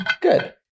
Good